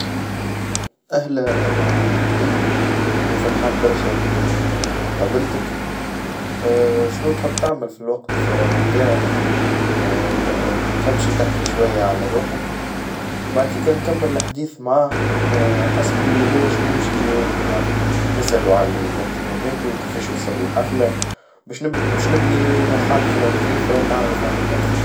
أهلا أنا حبيب، وفرحان برشا اللي قابلتك شنو تحب تعمل في الوقت الفراغ متاعك؟ تحب شي تحكي شوية على روحك؟ وبعد كيكا نكمل الحديث معاه حسب اللي هو شنو باش يجاوبني يعني، نسألو على اهتماماته وكيفيش وصل للحفلة باش نب- باش نبني محادثة خفيفة ونتعرف عليه أكثر.